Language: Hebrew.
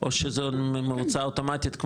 או שזה מבוצע אוטומטית,